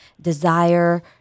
desire